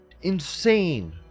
insane